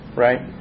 Right